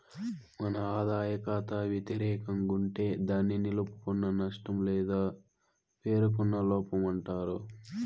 మన ఆదాయ కాతా వెతిరేకం గుంటే దాన్ని నిలుపుకున్న నష్టం లేదా పేరుకున్న లోపమంటారు